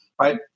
right